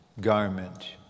garment